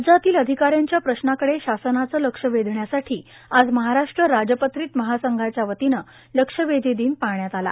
राज्यातील अधिकाऱ्यांच्या प्रश्नाकडे शासनाचे लक्ष वेधण्यासाठी आज महाराष्ट्र राजपत्रित महासंघाच्या वतीनं लक्षवेधी दिन पाळण्यात आला